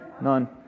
None